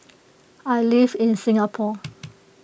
I live in Singapore